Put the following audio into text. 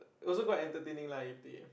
also quite entertaining lah if they